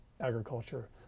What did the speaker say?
agriculture